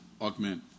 augment